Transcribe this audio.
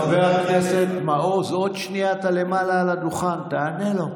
חבר הכנסת מעוז, אתה עוד שנייה על הדוכן, תענה לו.